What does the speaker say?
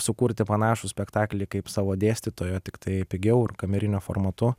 sukurti panašų spektaklį kaip savo dėstytojo tiktai pigiau ir kameriniu formatu